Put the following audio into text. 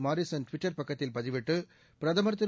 Mareesan Twitter பக்கத்தில் பதிவிட்டு பிரதமர் திரு